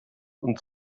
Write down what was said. und